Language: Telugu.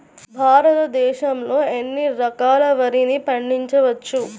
భారతదేశంలో ఎన్ని రకాల వరిని పండించవచ్చు